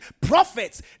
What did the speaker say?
prophets